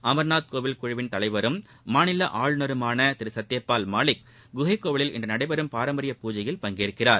அமர்நாத் கோவில் குழுவின் தலைவரும் மாநில ஆளுநருமான திரு சத்தியபால் மாலிக் குகைக்கோவிலில் இன்று நடைபெறும் பாரம்பரிய பூஜையில் பங்கேற்கிறார்